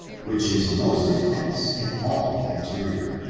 which is most intense in all the interior.